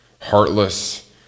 heartless